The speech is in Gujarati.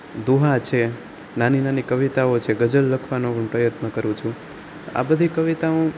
દુહા છે નાની નાની કવિતાઓ છે ગઝલ લખવાનો પણ પ્રયત્ન કરું છું આ બધી કવિતાઓ